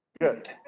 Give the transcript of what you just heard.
Good